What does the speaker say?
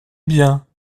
bien